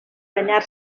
banyar